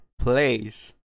place